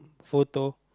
photo